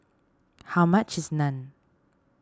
how much is Naan